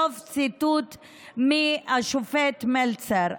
סוף הציטוט של השופט מלצר.